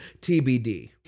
TBD